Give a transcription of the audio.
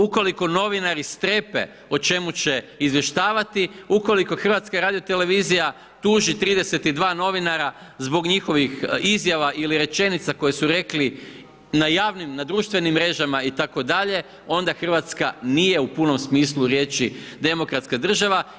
Ukoliko novinari strepe o čemu će izvještavati, ukoliko HRT tuži 32 novinara zbog njihovih izjava ili rečenicama koje su rekli, na javnim, na društvenim mrežama itd. onda Hrvatska nije u punom smislu riječi demokratska država.